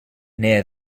near